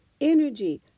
energy